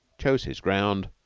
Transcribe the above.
chose his ground,